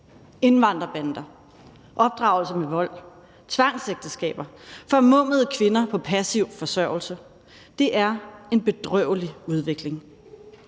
indvandrerbander, opdragelse med vold, tvangsægteskaber, formummede kvinder på passiv forsørgelse. Det er en bedrøvelig udvikling.